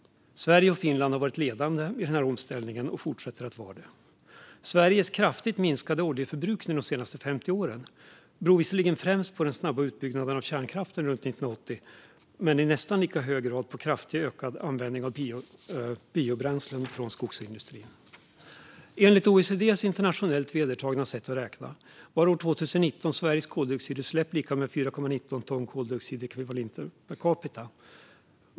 Sverige och Finland har varit ledande i denna omställning och fortsätter att vara det. Sveriges kraftigt minskade oljeförbrukning de senaste 50 åren beror visserligen främst på den snabba utbyggnaden av kärnkraften runt 1980 men i nästan lika hög grad på kraftigt ökad användning av biobränslen från skogsindustrin. Enligt OECD:s internationellt vedertagna sätt att räkna var Sveriges koldioxidutsläpp 2019 lika med 4,19 ton koldioxidekvivalenter per capita.